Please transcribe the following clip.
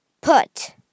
put